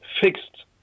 fixed